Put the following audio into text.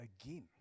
again